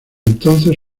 entonces